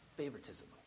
favoritism